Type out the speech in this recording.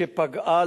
שפגעה,